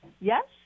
Yes